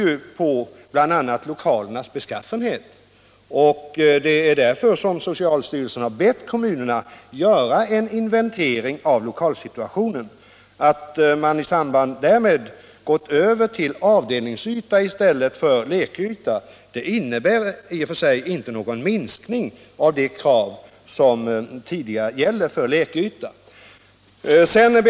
Det beror bl.a. på lokalernas beskaffenhet. Det är därför som socialstyrelsen har bett kommunerna göra en inventering av lokalsituationen. Att man i samband därmed gått över till att tala om avdelningsyta i stället för lekyta innebär i och för sig inte någon ändring av det krav som sedan tidigare gäller beträffande lekytan eller någon minskning av den.